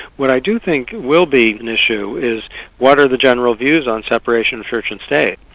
what i do think will be an issue is what are the general views on separation of church and state,